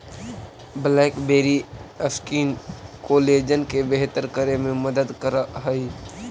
blackberry skin collagen के बेहतर करे में मदद करऽ हई